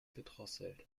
gedrosselt